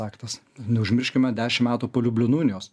aktas neužmirškime dešim metų po liublino unijos